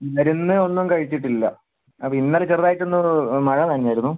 ഇന്നലെ ഒന്നും ഒന്നും കഴിച്ചിട്ടില്ല അപ്പം ഇന്നലെ ചെറുതായിട്ടൊന്ന് മഴ നനഞ്ഞിരുന്നു